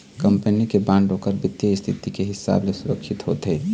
company के bond ओखर बित्तीय इस्थिति के हिसाब ले सुरक्छित होथे